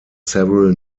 several